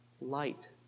light